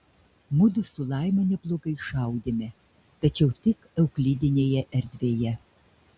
mudu su laima neblogai šaudėme tačiau tik euklidinėje erdvėje